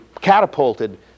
catapulted